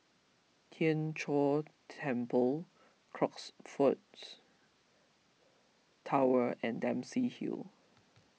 Tien Chor Temple Crockfords Tower and Dempsey Hill